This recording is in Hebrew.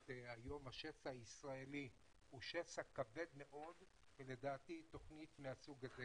היום השסע הישראלי הוא שסע כבד מאוד ולדעתי תכנית מהסוג הזה